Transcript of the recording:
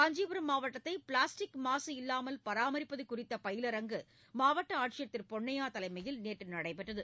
காஞ்சிபுரம் மாவட்டத்தை பிளாஸ்டிக் மாசு இல்லாமல் பராமரிப்பது குறித்த பயிலரங்கு மாவட்ட ஆட்சியர் திரு பொன்னையா தலைமையில் நேற்று நடைபெற்றது